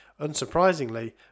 Unsurprisingly